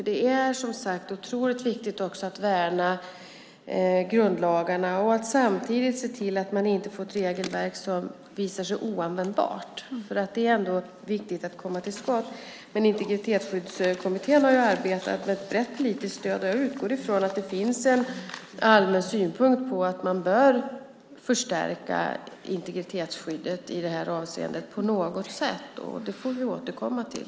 Det är som sagt otroligt viktigt att värna grundlagarna och samtidigt se till att vi inte får ett regelverk som visar sig oanvändbart. Det är ändå viktigt att komma till skott, men Integritetsskyddskommittén har ju arbetat med ett brett stöd. Jag utgår från att det finns en allmänsynpunkt på att man bör förstärka integritetsskyddet i det här avseendet på något sätt. Det får vi återkomma till.